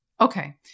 Okay